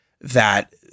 that-